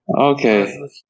Okay